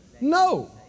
No